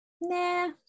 nah